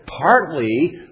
partly